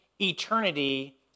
eternity